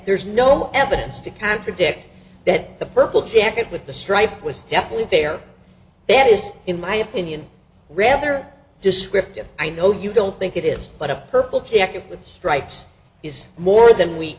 there's no evidence to contradict that the purple jacket with the stripe was definitely there that is in my opinion rather descriptive i know you don't think it is but a purple check it with stripes is more than we